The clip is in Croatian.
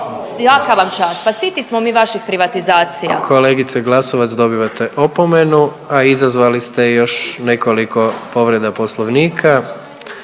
Svaka vam čast. Pa siti smo mi vaših privatizacija. **Jandroković, Gordan (HDZ)** Kolegice Glasovac dobivate opomenu, a izazvali ste još nekoliko povreda poslovnika.